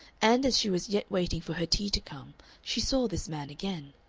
and as she was yet waiting for her tea to come she saw this man again.